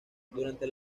durante